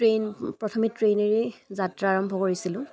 train প্ৰথমে ট্ৰেইনেৰেই যাত্ৰা আৰম্ভ কৰিছিলোঁ